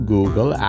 Google